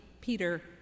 Peter